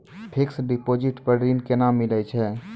Fixed deposit पर ऋण केना मिलै छै?